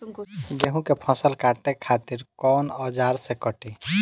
गेहूं के फसल काटे खातिर कोवन औजार से कटी?